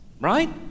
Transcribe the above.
right